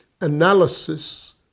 analysis